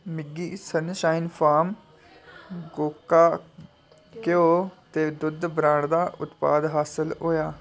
मिगी Sunshine Farm गोका घ्यो ते दुद्ध ब्रांड दा उत्पाद हासल होआ